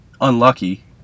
unlucky